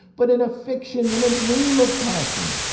but in a fiction, in a dream of passion,